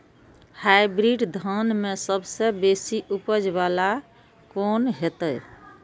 Hybrid धान में सबसे बेसी उपज बाला कोन हेते?